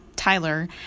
Tyler